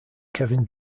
kevin